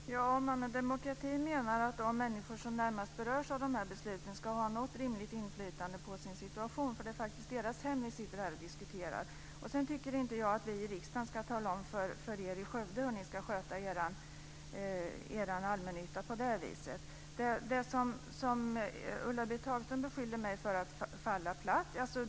Fru talman! Ja, om man med demokrati menar att de människor som närmast berörs av besluten ska ha ett rimligt inflytande över sin situation. Det är faktiskt deras hem vi diskuterar här. Sedan tycker jag inte att vi i riksdagen ska tala om för dem i Skövde hur de ska sköta sin allmännytta. Ulla-Britt Hagström beskyllde mig för att lägga mig platt.